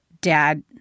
Dad